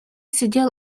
сидел